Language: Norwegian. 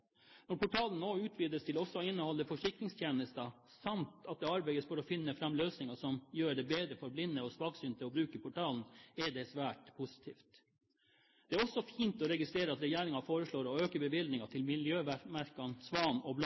Når portalen nå utvides til også å inneholde forsikringstjenester samt at det arbeides for å finne fram til løsninger som gjør det bedre for blinde og svaksynte å bruke portalen, er det svært positivt. Det er også fint å registrere at regjeringen foreslår å øke bevilgningen til miljømerkene Svanen og